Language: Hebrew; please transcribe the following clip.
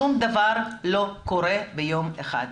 שום דבר לא קורה ביום אחד.